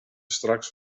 straks